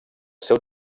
seu